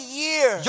year